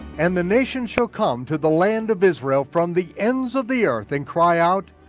and the nations shall come to the land of israel from the ends of the earth, and cry out,